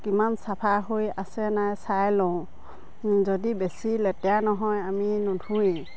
কিমান চাফা হৈ আছে নাই চাই লওঁ যদি বেছি লেতেৰা নহয় আমি নোধোৱেই